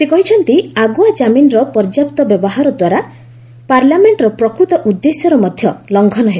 ସେ କହିଛନ୍ତି ଆଗୁଆ ଜାମିନର ପର୍ଯ୍ୟାପ୍ତ ବ୍ୟବହାର ଦ୍ୱାରା ପାର୍ଲାମେଷ୍ଟର ପ୍ରକୃତ ଉଦ୍ଦେଶ୍ୟର ମଧ୍ୟ ଲଂଘନ ହେବ